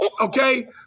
Okay